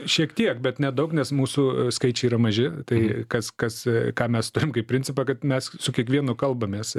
šiek tiek bet nedaug nes mūsų skaičiai yra maži tai kas kas ką mes turim kaip principą kad mes su kiekvienu kalbamės